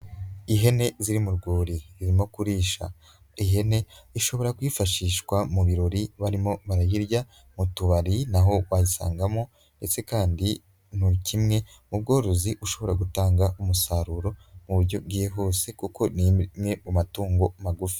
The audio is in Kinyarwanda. Ihene ziri mu rwuri, irimo kurisha, ihene ishobora kwifashishwa mu birori barimo barayirya, mu tubari naho wasangamo, ndetse kandi ni kimwe mu bworozi bushobora gutanga umusaruro muburyo bwihuse kuko ni imwe mu matungo magufi.